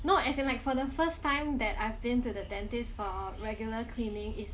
no as in like for the first time that I've been to the dentist for regular cleaning is